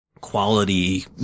Quality